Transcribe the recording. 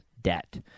debt